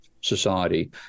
society